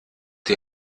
die